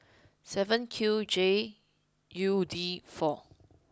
seven Q J U D four